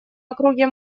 округе